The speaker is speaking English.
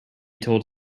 told